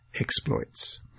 exploits